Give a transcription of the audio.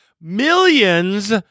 millions